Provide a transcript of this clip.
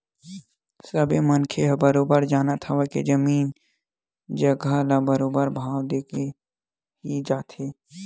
सबे मनखे ह बरोबर जानत हवय के जमीन जघा ह बरोबर भाव देके ही जाथे